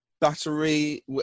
battery